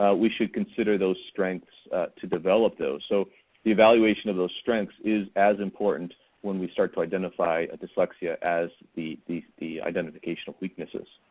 ah we should consider those strengths to develop those. so the evaluation of those strengths is as important when we start to identify dyslexia as the the identification of weaknesses.